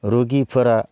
रुगिफोरा